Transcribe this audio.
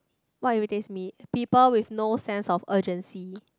what irritates me people with no sense of urgency